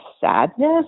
sadness